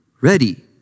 Ready